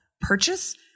purchase